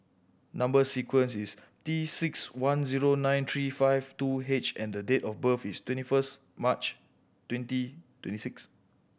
number sequence is T six one zero nine three five two H and date of birth is twenty first March twenty twenty six